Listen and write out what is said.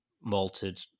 malted